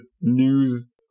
news